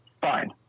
fine